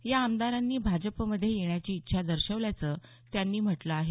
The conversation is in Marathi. या आमदारांनी भाजपमध्ये येण्याची इच्छा दर्शवल्याचं त्यांनी म्हटलं आहे